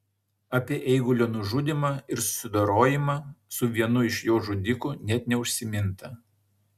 apie eigulio nužudymą ir susidorojimą su vienu iš jo žudikų net neužsiminta